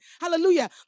hallelujah